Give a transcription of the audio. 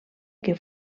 que